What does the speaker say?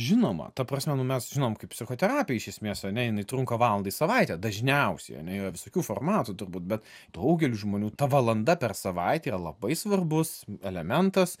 žinoma ta prasme mes žinom kaip psichoterapija iš esmės ane jinai trunka valandą į savaitę dažniausiai ane yra visokių formatų turbūt bet daugeliui žmonių ta valanda per savaitę yra labai svarbus elementas